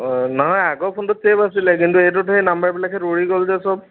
অঁ নহয় আগৰ ফোনটোত চেভ আছিলে কিন্তু এইটোত সেই নাম্বাৰবিলাকহেত উৰি গ'ল যে চব